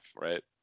right